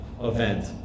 event